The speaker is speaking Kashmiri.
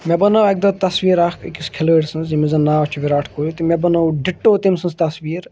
مےٚ بَنٲو اکہِ دۄہ تَصویر اَکھ أکِس کھلٲڈۍ سٕنٛز ییٚمس زَن ناو چھُ وِراٹھ کوہلی تہٕ مےٚ بَنو ڈِٹو تٔمۍ سٕنٛز تَصویر